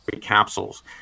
capsules